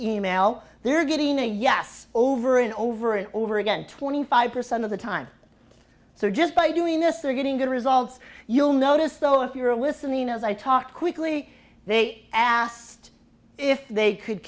e mail they're getting a yes over and over and over again twenty five percent of the time so just by doing this they're getting good results you'll notice so if you're listening as i talk quickly they asked if they could